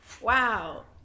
Wow